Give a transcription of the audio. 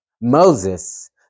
Moses